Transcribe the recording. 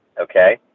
Okay